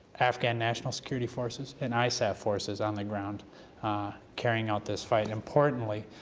afghan national security forces and isaf forces on the ground carrying out this fight. importantly,